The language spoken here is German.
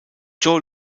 joe